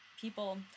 people